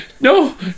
no